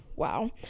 Wow